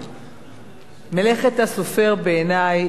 מלאכת הסופר בעיני היא כמעט